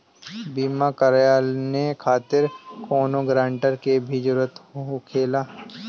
बीमा कराने खातिर कौनो ग्रानटर के भी जरूरत होखे ला?